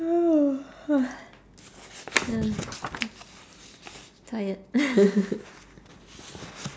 tired